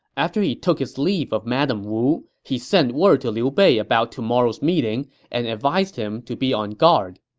after he took his leave of madame wu, he sent word to liu bei about tomorrow's meeting and advised him to be on guard.